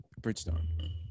Bridgestone